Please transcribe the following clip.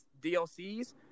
DLCs